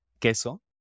queso